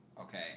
okay